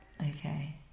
Okay